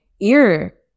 ear